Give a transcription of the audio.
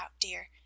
dear